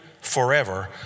forever